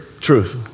truth